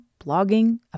blogging